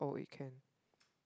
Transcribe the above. oh wait can